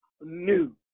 new